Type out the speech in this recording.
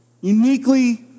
uniquely